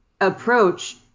approach